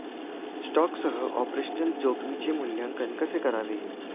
स्टॉकसह ऑपरेशनल जोखमीचे मूल्यांकन कसे करावे?